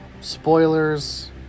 spoilers